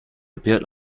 appeared